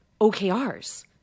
OKRs